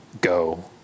go